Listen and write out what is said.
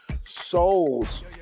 souls